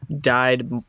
died